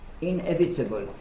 inevitable